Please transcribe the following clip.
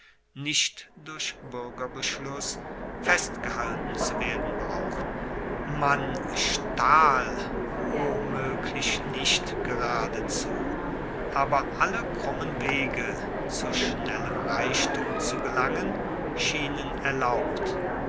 nicht durch buergerbeschluss festgehalten zu werden brauchten man stahl womoeglich nicht geradezu aber alle krummen wege zu schnellem reichtum zu gelangen schienen erlaubt